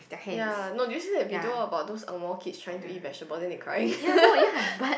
ya no did you see that video about those Angmoh kids trying to eat vegetables then they cry